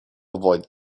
avoid